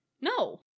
No